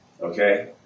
okay